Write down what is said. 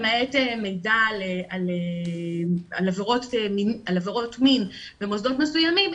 למעט מידע על עבירות מין במוסדות מסוימים,